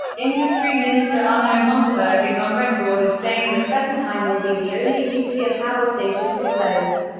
industry minister arnaud montebourg is on record as saying that fessenheim will be the only nuclear power station to close.